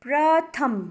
प्रथम